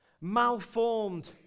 malformed